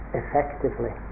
effectively